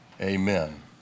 Amen